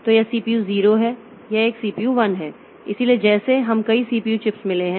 तो यह सीपीयू 0 है यह एक सीपीयू 1 है इसलिए जैसे हमें कई सीपीयू चिप्स मिले हैं